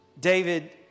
David